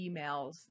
emails